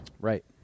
Right